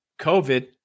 COVID